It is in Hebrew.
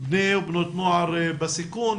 בני ובנות נוער בסיכון,